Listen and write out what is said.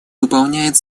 выполняет